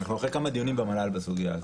אנחנו אחרי כמה דיונים במינהל בסוגיה הזאת.